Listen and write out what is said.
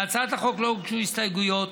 להצעת החוק לא הוגשו הסתייגויות,